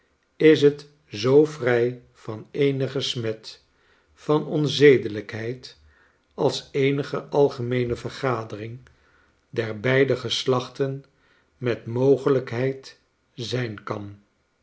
is het zoo vrij van eenige smet van onzedelijkheid als eenige algemeene vergaderingder beide geslachten met mogelijkheid zijn kan